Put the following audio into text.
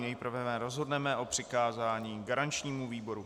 Nejprve rozhodneme o přikázání garančnímu výboru.